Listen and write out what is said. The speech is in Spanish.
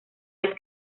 vez